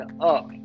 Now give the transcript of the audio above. up